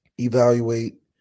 evaluate